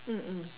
mm mm